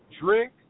drink